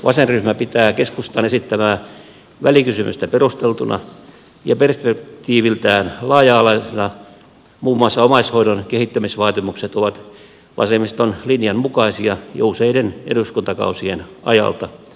vasenryhmä pitää keskustan esittämää välikysymystä perusteltuna ja perspektiiviltään laaja alaisena muun muassa omaishoidon kehittämisvaatimukset ovat vasemmiston linjan mukaisia jo useiden eduskuntakausien ajalta